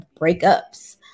breakups